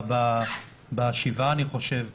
אני חושב בשבעה,